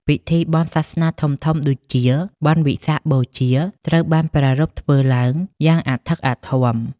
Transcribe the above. ពិធីបុណ្យសាសនាធំៗដូចជា បុណ្យវិសាខបូជា ត្រូវបានប្រារព្ធធ្វើឡើងយ៉ាងអធិកអធម។